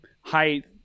height